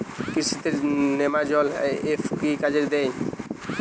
কৃষি তে নেমাজল এফ কি কাজে দেয়?